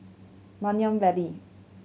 Nanyang Valley